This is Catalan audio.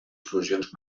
solucions